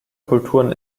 kulturen